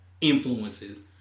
influences